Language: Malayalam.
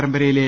പരമ്പരയിലെ